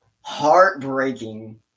heartbreaking